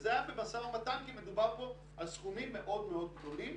וזה היה במשא ומתן כי מדובר פה על סכומים מאוד מאוד גדולים